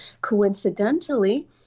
Coincidentally